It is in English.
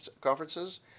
conferences